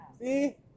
See